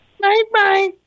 Bye-bye